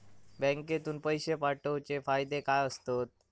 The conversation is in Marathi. बँकेतून पैशे पाठवूचे फायदे काय असतत?